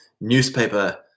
newspaper